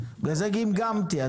ולכן גמגמתי.